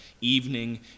evening